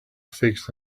fixed